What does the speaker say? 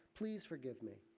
please forgive me.